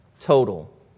total